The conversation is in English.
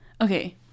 Okay